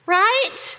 right